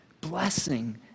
blessing